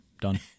Done